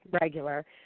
regular